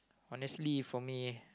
honestly for me